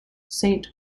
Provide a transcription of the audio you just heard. saint